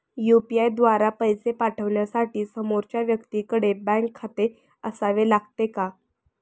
UPI द्वारा पैसे पाठवण्यासाठी समोरच्या व्यक्तीकडे बँक खाते असावे लागते का?